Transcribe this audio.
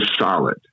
solid